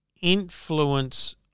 influence